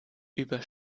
über